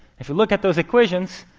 if you look at those equations,